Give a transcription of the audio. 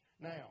Now